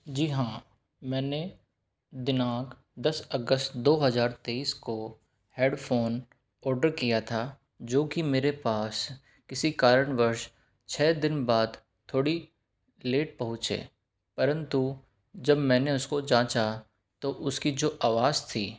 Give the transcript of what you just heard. जी हाँ मैंने दिनांक दस अगस्त दो हज़ार तेईस को हेडफोन ऑर्डर किया था जो कि मेरे पास किसी कारणवश छः दिन बाद थोड़ी लेट पहुंचे परंतु जब मैंने उसको जांचा तो उसकी जो आवाज़ थी